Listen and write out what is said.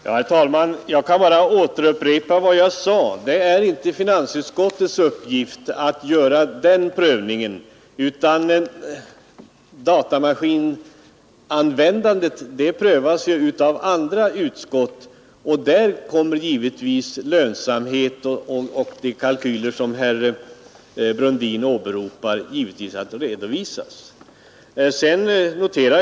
Herr talman! Jag kan bara upprepa vad jag sade tidigare. Det är inte finansutskottets uppgift att göra den prövningen, utan datamaskinanvändandet prövas av andra utskott. I deras bedömning kommer givetvis lönsamheten och de kaikyler som herr Brundin åberopade in i bilden.